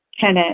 Kenneth